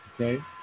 Okay